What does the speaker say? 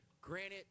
Granted